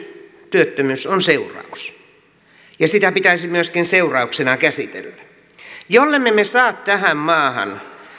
työttömyys on seuraus ja sitä pitäisi myöskin seurauksena käsitellä jollemme me saa tähän maahan